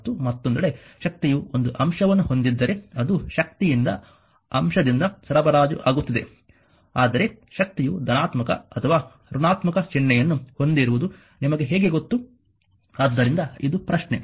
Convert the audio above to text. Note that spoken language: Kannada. ಮತ್ತು ಮತ್ತೊಂದೆಡೆ ಶಕ್ತಿಯು ಒಂದು ಅಂಶವನ್ನು ಹೊಂದಿದ್ದರೆ ಅದು ಶಕ್ತಿಯಿಂದ ಅಂಶದಿಂದ ಸರಬರಾಜು ಆಗುತ್ತಿದೆ ಆದರೆ ಶಕ್ತಿಯು ಧನಾತ್ಮಕ ಅಥವಾ ಋಣಾತ್ಮಕ ಚಿಹ್ನೆಯನ್ನು ಹೊಂದಿರುವುದು ನಿಮಗೆ ಹೇಗೆ ಗೊತ್ತು ಆದ್ದರಿಂದ ಇದು ಪ್ರಶ್ನೆ